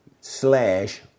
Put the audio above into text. slash